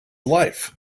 life